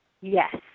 Yes